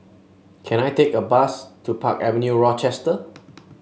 can I take a bus to Park Avenue Rochester